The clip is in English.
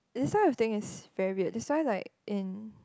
this one the thing is very weird that's why like in